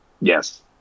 Yes